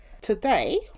Today